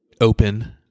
open